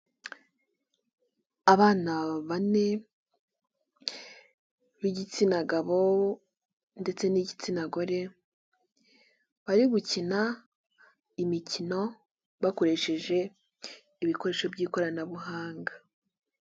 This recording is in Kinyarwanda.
Abana bane bigitsina gabo ndetse n'igitsina gore bari gukina imikino bakoresheje ibikoresho by'ikoranabuhanga.